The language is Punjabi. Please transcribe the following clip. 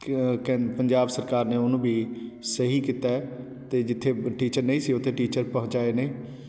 ਪੰਜਾਬ ਸਰਕਾਰ ਨੇ ਓਹਨੂੰ ਵੀ ਸਹੀ ਕੀਤਾ ਹੈ ਅਤੇ ਜਿੱਥੇ ਟੀਚਰ ਨਹੀਂ ਸੀ ਉੱਥੇ ਟੀਚਰ ਪਹੁੰਚਾਏ ਨੇ